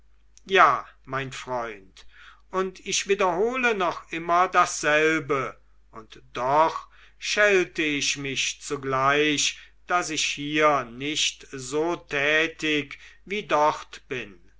ja mein freund und ich wiederhole noch immer dasselbe und doch schelte ich mich zugleich daß ich hier nicht so tätig wie dort bin